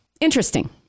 Interesting